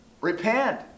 Repent